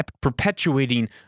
perpetuating